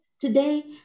today